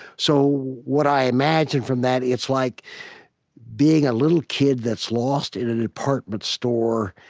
so what i imagine from that it's like being a little kid that's lost in a department store,